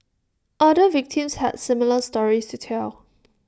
other victims has similar stories to tell